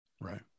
Right